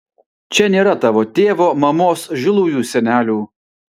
čia nėra tavo tėvo mamos žilųjų senelių